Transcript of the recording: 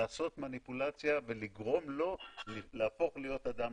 צריך להוריד את התקופה.